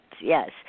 yes